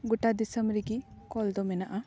ᱜᱚᱴᱟ ᱫᱤᱥᱚᱢ ᱨᱮᱜᱤᱠᱚᱞ ᱫᱚ ᱢᱮᱱᱟᱜᱼᱟ